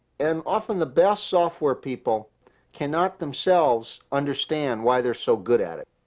and often the best software people cannot themselves understand why they're so good at it.